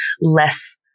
less